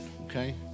okay